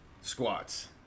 squats